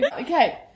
Okay